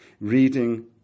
reading